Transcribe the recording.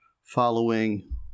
following